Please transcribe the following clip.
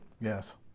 Yes